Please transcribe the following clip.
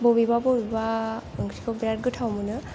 बबेबा बबेबा ओंख्रिखौ बिराद गोथाव मोनो